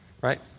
right